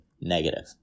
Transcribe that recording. negative